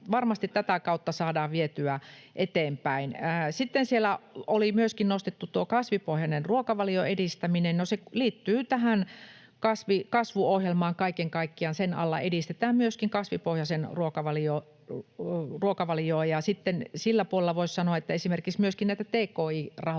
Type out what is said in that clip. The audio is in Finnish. Varmasti tätä kautta saadaan vietyä tätä eteenpäin. Sitten siellä oli myöskin nostettu kasvipohjaisen ruokavalion edistäminen. No, se liittyy tähän kasvuohjelmaan kaiken kaikkiaan, sen alla edistetään myöskin kasvipohjaista ruokavaliota. Ja sitten siltä puolelta voisi sanoa, että myöskin esimerkiksi tätä tki-rahoitustahan